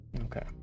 Okay